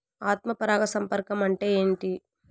ఆత్మ పరాగ సంపర్కం అంటే ఏంటి?